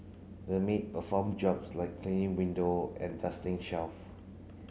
the maid perform jobs like cleaning window and dusting shelf